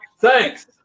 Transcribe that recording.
Thanks